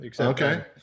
Okay